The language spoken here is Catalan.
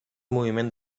moviment